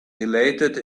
related